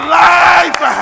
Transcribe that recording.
life